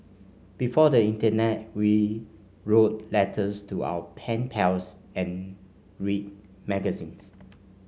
before the internet we wrote letters to our pen pals and read magazines